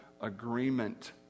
agreement